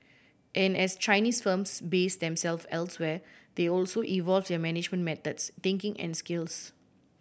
and as Chinese firms base themselves elsewhere they also evolve their management methods thinking and skills